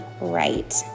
right